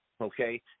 Okay